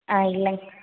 ஆ இல்லைங்க